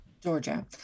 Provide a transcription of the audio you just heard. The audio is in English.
georgia